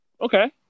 Okay